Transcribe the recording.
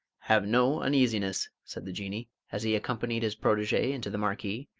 have no uneasiness, said the jinnee, as he accompanied his protege into the marquee,